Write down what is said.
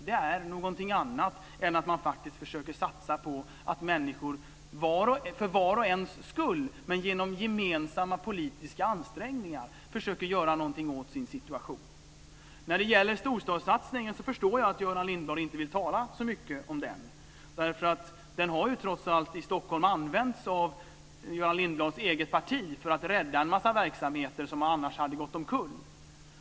Det är någonting annat än att man faktiskt försöker satsa på att människor, för var och ens skull men genom gemensamma politiska ansträngningar, kan göra någonting åt sin situation. Jag förstår att Göran Lindblad inte vill tala så mycket om storstadssatsningen. Den har trots allt i Stockholm använts av Göran Lindblads eget parti för att rädda en massa verksamheter som annars hade gått omkull.